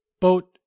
boat